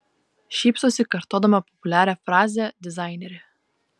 šypsosi kartodama populiarią frazę dizainerė